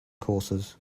courses